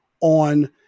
on